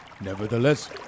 Nevertheless